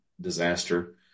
disaster